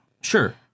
sure